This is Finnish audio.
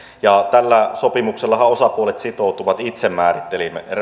ja tällä sopimuksellahan osapuolet sitoutuvat itse